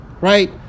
right